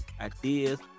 ideas